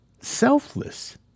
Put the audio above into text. selfless